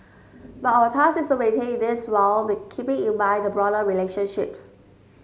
but our task is to maintain this while keeping in mind the broader relationships